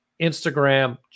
Instagram